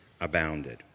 Abounded